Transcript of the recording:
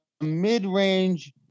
mid-range